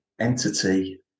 entity